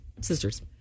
sisters